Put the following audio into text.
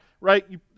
right